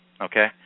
okay